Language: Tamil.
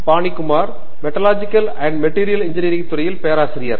Panikumar metallurgical and material engineering துறையில் பேராசிரியர்